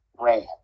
ran